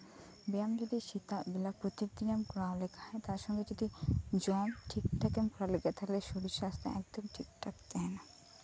ᱵᱮᱭᱟᱢ ᱡᱩᱫᱤ ᱥᱮᱛᱟᱜ ᱵᱮᱞᱟ ᱯᱨᱚᱛᱤ ᱫᱤᱱᱮᱢ ᱠᱚᱨᱟᱣ ᱞᱮᱠᱷᱟᱡ ᱛᱟᱞᱦᱮ ᱛᱟᱨ ᱥᱟᱛᱷᱮ ᱡᱚᱢ ᱫᱩᱫᱤ ᱴᱷᱤᱠ ᱴᱷᱟᱠᱮᱢ ᱠᱚᱨᱟᱣ ᱞᱮᱠᱷᱟᱱ ᱛᱟᱞᱦᱮ ᱥᱚᱨᱤᱨ ᱥᱟᱥᱛᱷᱚ ᱮᱠᱫᱚᱢ ᱴᱷᱤᱠᱼᱴᱷᱟᱠ ᱛᱟᱦᱮᱸᱱᱟ